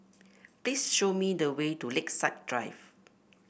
please show me the way to Lakeside Drive